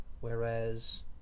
whereas